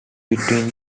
between